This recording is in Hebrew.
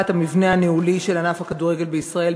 המבנה הניהולי של ענף הכדורגל בישראל,